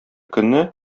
көнне